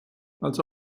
als